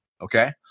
okay